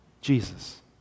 Jesus